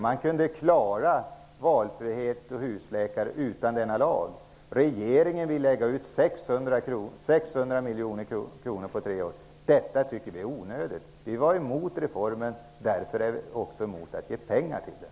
Det går att klara valfrihet och husläkare utan denna lag. Regeringen vill lägga ut 600 miljoner kronor på tre år, och vi tycker att detta är onödigt. Vi var emot reformen, och därför vill vi inte ge pengar till den.